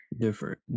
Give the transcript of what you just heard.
Different